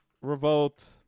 revolt